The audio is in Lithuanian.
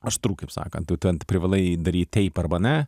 aštru kaip sakant jau ten privalai daryt taip arba ne